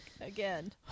again